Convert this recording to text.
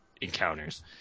encounters